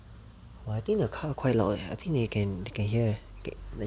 !wah! I think the car quite loud eh I think they can they can hear eh